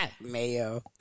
Mayo